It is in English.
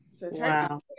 Wow